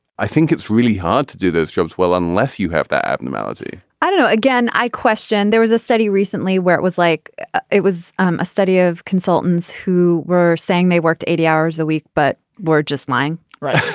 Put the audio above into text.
i think it's really hard to do those jobs well unless you have that abnormality i don't know. again i question there was a study recently where it was like it was um a study of consultants who were saying they worked eighty hours a week but were just lying right.